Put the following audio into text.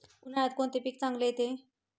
उन्हाळ्यात कोणते पीक चांगले येते?